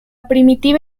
primitiva